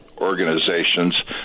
organizations